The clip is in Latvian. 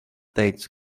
teica